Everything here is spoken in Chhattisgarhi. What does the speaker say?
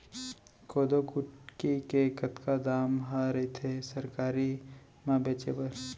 कोदो कुटकी के कतका दाम ह रइथे सरकारी म बेचे बर?